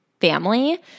family